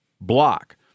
block